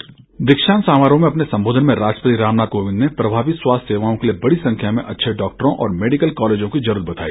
dispatch दीक्षांत समारोह में अपने संबोधन में राष्ट्रपति रामनाथ कोविंद ने प्रभावी स्वास्थ्य सेवाओं के लिए बड़ी संख्या में अच्छे डॉक्टरों और मेडिकल कॉलेजों की जरूरत बताई